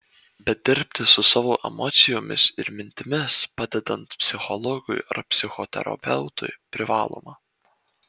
bet dirbti su savo emocijomis ir mintimis padedant psichologui ar psichoterapeutui privaloma